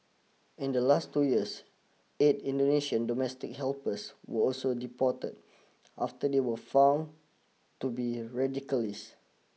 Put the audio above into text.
in the last two years eight Indonesian domestic helpers were also deported after they were found to be radicalists